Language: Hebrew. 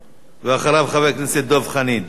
ואחריו, חבר הכנסת דב חנין.